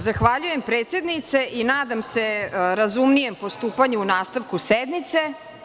Zahvaljujem predsednice i nadam se razumnijem postupanju u nastavku sednice.